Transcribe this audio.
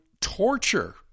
torture